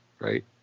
right